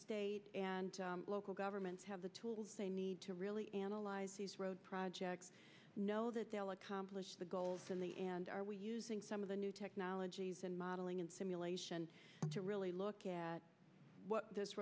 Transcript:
and local governments have the tools they need to really analyze these road projects know that they will accomplish the goals and the and are we using some of the new technologies and modeling and simulation to really look at what th